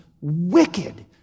wicked